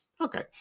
Okay